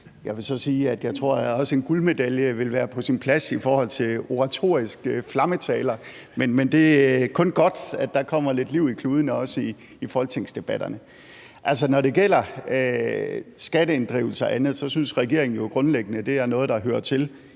jeg tror, at også en guldmedalje ville være på sin plads i forhold til oratoriske flammetaler, men det er kun godt, at der kommer lidt liv i kludene, også i folketingsdebatterne. Altså, når det gælder skatteinddrivelse og andet, synes regeringen jo grundlæggende, at det er noget, der hører til